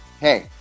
hey